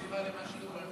אם היית מקשיבה למה שאמרתי